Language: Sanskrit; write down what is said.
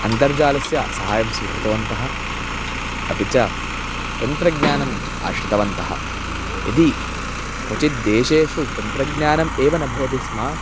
अन्तर्जालस्य सहाय्यं स्वीकृतवन्तः अपि च तन्त्रज्ञानम् आश्रितवन्तः यदि क्वचिद्देशेषु तन्त्रज्ञानम् एव न भवति स्म